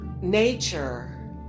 nature